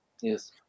Yes